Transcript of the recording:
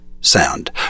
sound